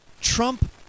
trump